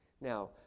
Now